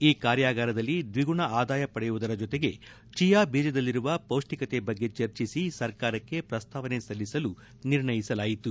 ಈ ಕಾರ್ಯಗಾರದಲ್ಲಿ ದ್ವಿಗುಣ ಆದಾಯ ಪಡೆಯುವುದರ ಜೊತೆಗೆ ಚಿಯಾ ಬೀಜದಲ್ಲಿರುವ ಪೌಷ್ಠಿಕತೆ ಬಗ್ಗೆ ಚರ್ಚಿಸಿ ಸರ್ಕಾರಕ್ಷೆ ಪ್ರಸ್ತಾವನೆ ಸಲ್ಲಿಸಲು ನಿರ್ಣಯಿಸಲಾಯಿತು